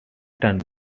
turned